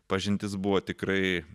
pažintis buvo tikrai